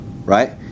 right